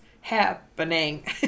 happening